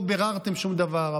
לא ביררתם שום דבר.